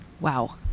Wow